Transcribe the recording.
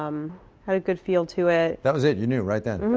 um had a good feel to it that was it, you knew right then,